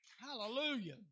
Hallelujah